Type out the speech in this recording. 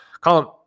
Colin